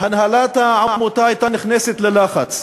הנהלת העמותה הייתה נכנסת ללחץ